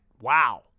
wow